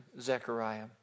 Zechariah